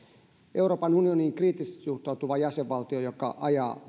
euroopan unioniin kriittisesti suhtautuva jäsenvaltio joka ajaa